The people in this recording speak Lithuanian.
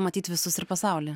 matyt visus ir pasaulį